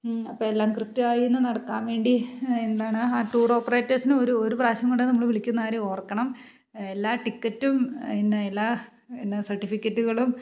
അപ്പോൾ എല്ലാം കൃത്യമായിത്തന്നെ നടക്കാൻ വേണ്ടി എന്താണ് ആ ടൂർ ഓപ്പറേറ്റേഴ്സിന് ഒരു ഒരു പ്രാവശ്യം കൊണ്ട് നമ്മൾ വിളിക്കുന്ന കാര്യം ഓർക്കണം എല്ലാ ടിക്കറ്റും പിന്നെ എല്ലാ പിന്നെ സർട്ടിഫിക്കറ്റുകളും